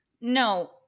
No